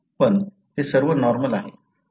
पण ते सर्व नॉर्मल आहे